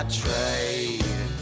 trade